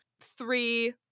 three